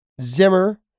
Zimmer